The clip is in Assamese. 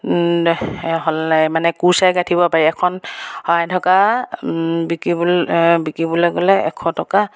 মানে কোৰচাই গাঁঠিব পাৰি এখন শৰাই ঢকা বিকিবলৈ বিকিবলৈ গ'লে এশ টকা